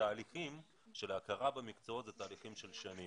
תהליכי ההכרה במקצועות הם תהליכים של שנים.